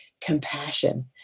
compassion